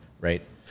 right